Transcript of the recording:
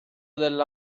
della